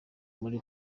muri